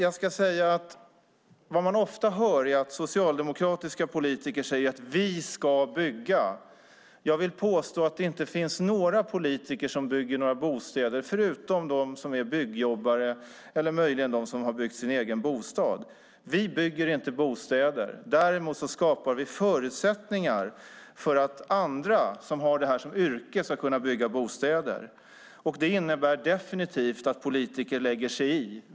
Man hör ofta att socialdemokratiska politiker säger att vi ska bygga. Jag vill påstå att det inte finns några politiker som bygger några bostäder förutom de som är byggjobbare eller möjligen de som har byggt sin egen bostad. Vi bygger inte bostäder. Däremot skapar vi förutsättningar för att andra som har det här som yrke ska kunna bygga bostäder, och det innebär definitivt att politiker lägger sig i.